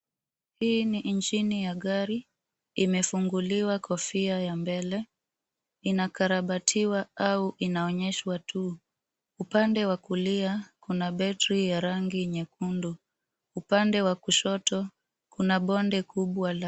Hii ni injini ya gari, imefunguliwa kofia ya mbele. Inakarabatiwa au inaonyeshwa tu. Upande wa kulia kuna betri ya rangi nyekundu. Upande wa kushoto kuna bonde kubwa la